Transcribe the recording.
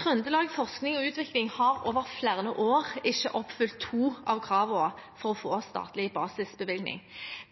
Trøndelag Forskning og Utvikling har over flere år ikke oppfylt to av kravene for å få statlig basisbevilgning.